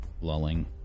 lulling